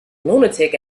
lunatic